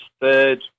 third